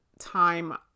time